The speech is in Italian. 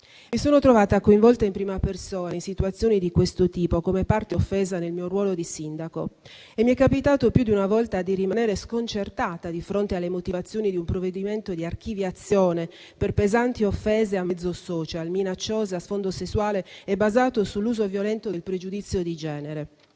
Mi sono trovata coinvolta in prima persona in situazioni di questo tipo come parte offesa nel mio ruolo di sindaco e mi è capitato più di una volta di rimanere sconcertata di fronte alle motivazioni di un provvedimento di archiviazione per pesanti offese a mezzo *social*, minacciose, a sfondo sessuale e basate sull'uso violento del pregiudizio di genere;